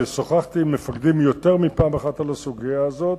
שוחחתי עם מפקדים יותר מפעם אחת על הסוגיה הזאת,